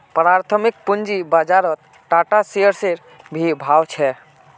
प्राथमिक पूंजी बाजारत टाटा शेयर्सेर की भाव छ